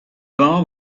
bar